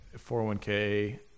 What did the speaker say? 401k